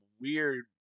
weird